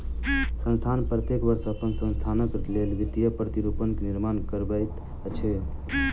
संस्थान प्रत्येक वर्ष अपन संस्थानक लेल वित्तीय प्रतिरूपण के निर्माण करबैत अछि